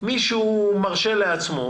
מישהו מרשה לעצמו